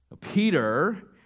Peter